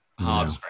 hard